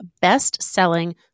best-selling